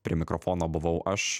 prie mikrofono buvau aš